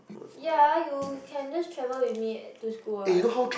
ya you can just travel with me to school what